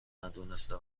ندونسته